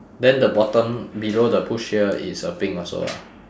then the bottom below the push here is a pink also ah